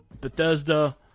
Bethesda